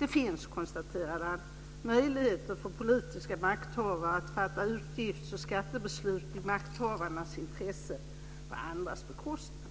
Det finns, konstaterade han, möjligheter för politiska makthavare att fatta utgifts och skattebeslut i makthavarnas intresse på andras bekostnad.